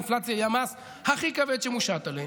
האינפלציה היא המס הכי כבד שמושת עליהם.